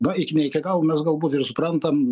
na iki ne iki galo mes galbūt ir suprantam